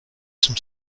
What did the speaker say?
some